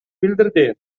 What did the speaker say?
билдирди